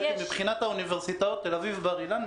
מבחינת האוניברסיטאות תל אביב ובר-אילן,